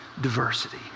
diversity